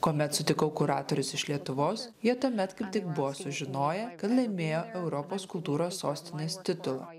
kuomet sutikau kuratorius iš lietuvos jie tuomet kaip tik buvo sužinoję kad laimėjo europos kultūros sostinės titulą